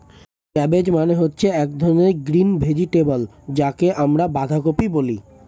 cabbage মানে হচ্ছে এক ধরনের গ্রিন ভেজিটেবল যাকে আমরা বাঁধাকপি বলি